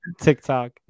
tiktok